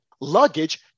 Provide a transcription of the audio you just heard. luggage